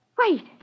Wait